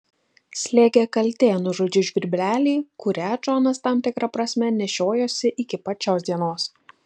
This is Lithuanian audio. slėgė kaltė nužudžius žvirblelį kurią džonas tam tikra prasme nešiojosi iki pat šios dienos